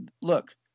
look